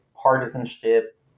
partisanship